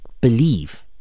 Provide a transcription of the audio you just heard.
believe